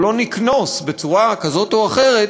או לא נקנוס בצורה כזאת או אחרת,